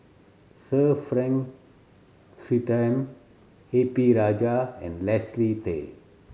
Sir Frank Swettenham A P Rajah and Leslie Tay